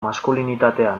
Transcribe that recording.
maskulinitatea